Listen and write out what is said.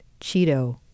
Cheeto